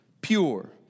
pure